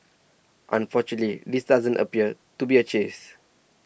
this doesn't appear to be a chase